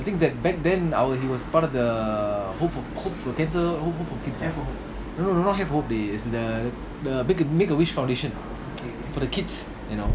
the thing is that back then our he was part of the hope for hope for cancer no no not hair for hope as in the the make a make a wish foundation for the kids you know